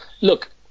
Look